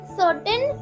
certain